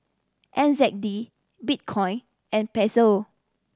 N Z D Bitcoin and Peso